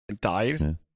Died